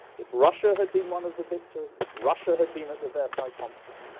if russia had been one of the victors, if russia had been at the versailles conference,